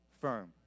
firm